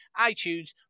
iTunes